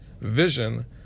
vision